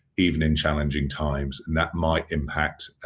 even in challenging times. and that might impact